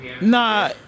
Nah